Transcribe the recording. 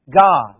God